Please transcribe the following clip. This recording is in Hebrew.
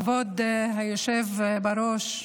כבוד היושב בראש,